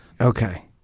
Okay